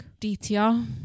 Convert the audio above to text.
DTR